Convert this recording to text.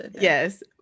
yes